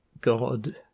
God